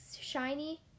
shiny